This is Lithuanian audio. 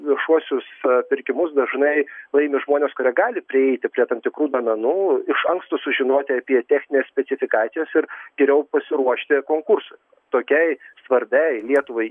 viešuosius pirkimus dažnai laimi žmonės kurie gali prieiti prie tam tikrų duomenų iš anksto sužinoti apie techninės specifikacijas ir geriau pasiruošti konkursui tokiai svarbiai lietuvai